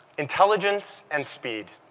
intelligence and speed.